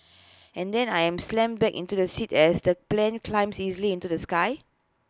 and then I am slammed back into the seat as the plane climbs easily into the sky